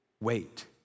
Wait